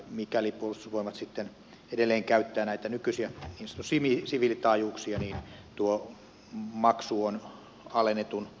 mikäli puolustusvoimat sitten edelleen käyttää näitä nykyisiä niin sanottuja siviilitaajuuksia niin tuo maksu on alennetun laskentakaavan mukainen